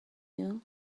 you